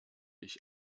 ich